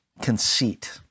conceit